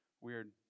weird